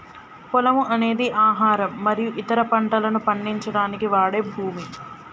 పొలము అనేది ఆహారం మరియు ఇతర పంటలను పండించడానికి వాడే భూమి